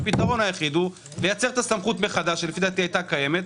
הפתרון היחיד הוא לייצר את הסמכות מחדש שלדעתי היתה קיימת.